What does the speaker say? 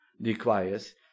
requires